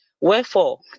Wherefore